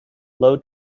low